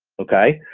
okay?